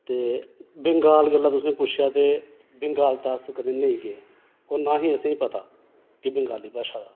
ते बंगाल गल्ला तुसें पुच्छेआ ते बंगाल ते अस कदे नेईं गे होर ना ई असें ई पता बंगाली भाशा दा